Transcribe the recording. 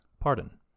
Pardon